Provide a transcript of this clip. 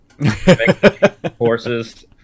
Horses